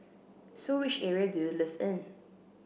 so which area do you live in